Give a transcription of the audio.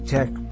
Tech